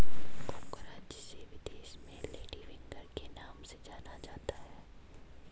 ओकरा जिसे विदेश में लेडी फिंगर के नाम से जाना जाता है